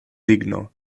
ligno